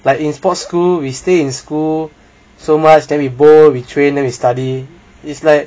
like in sports school we stay in school so much then we bowl we train then we study is like